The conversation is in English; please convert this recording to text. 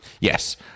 Yes